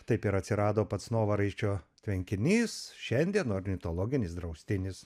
taip ir atsirado pats novaraisčio tvenkinys šiandien ornitologinis draustinis